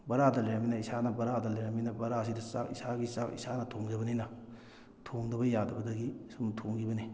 ꯕꯔꯥꯗ ꯂꯩꯔꯕꯅꯤꯅ ꯏꯁꯥꯅ ꯕꯔꯥꯗ ꯂꯩꯔꯕꯅꯤꯅ ꯕꯔꯥꯁꯤꯗ ꯆꯥꯛ ꯏꯁꯥꯒꯤ ꯆꯥꯛ ꯏꯁꯥꯅ ꯊꯣꯡꯖꯕꯅꯤꯅ ꯊꯣꯡꯗꯕ ꯌꯥꯗꯕꯗꯒꯤ ꯁꯨꯝ ꯊꯣꯡꯈꯤꯕꯅꯤ